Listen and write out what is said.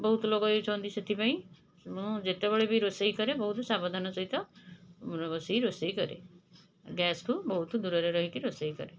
ବହୁତ ଲୋକ ଇଏ ହେଉଛନ୍ତି ସେଥିପାଇଁ ମୁଁ ଯେତେବେଳେ ବି ରୋଷେଇ କରେ ବହୁତ ସାବଧାନ ସହିତ ମୁଁ ରୋଷେଇ ରୋଷେଇ କରେ ଗ୍ୟାସ୍ଠାରୁ ବହୁତ ଦୁରରେ ରହିକି ରୋଷେଇ କରେ